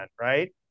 right